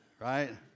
right